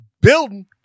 building